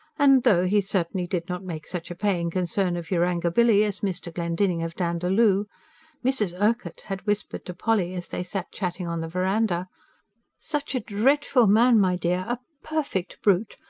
and though he certainly did not make such a paying concern of yarangobilly as mr. glendinning of dandaloo mrs. urquhart had whispered to polly as they sat chatting on the verandah such a dreadful man, my dear. a perfect brute!